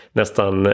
nästan